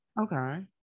Okay